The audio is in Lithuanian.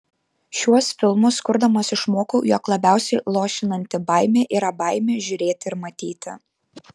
šiuos filmus kurdamas išmokau jog labiausiai luošinanti baimė yra baimė žiūrėti ir matyti